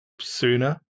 sooner